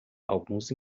alguns